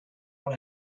when